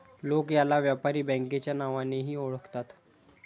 लोक याला व्यापारी बँकेच्या नावानेही ओळखतात